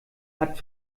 hat